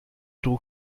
äußere